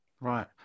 Right